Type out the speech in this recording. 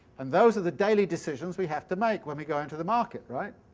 and those are the daily decisions we have to make when we go into the market, right?